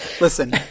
Listen